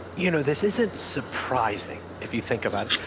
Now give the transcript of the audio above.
you know this isn't surprising if you think about it.